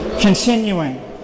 Continuing